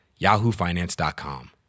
yahoofinance.com